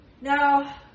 Now